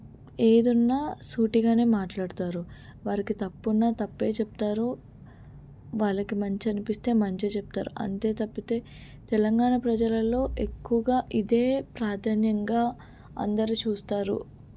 ఏదున్నా సూటిగానే మాట్లాడుతారు వారికి తప్పున్నా తప్పే చెప్తారు వాళ్ళకి మంచి అనిపిస్తే మంచే చెప్తారు అంతే తప్పితే తెలంగాణ ప్రజలల్లో ఎక్కువగా ఇదే ప్రాధాన్యంగా అందరు చూస్తారు